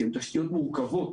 שהן תשתיות מורכבות